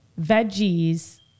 Veggies